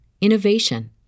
innovation